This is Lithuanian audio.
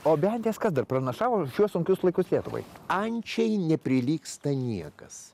o bent jas kas dar pranašavo šiuos sunkius laikus lietuvai ančiai neprilygsta niekas